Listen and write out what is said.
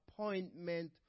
appointment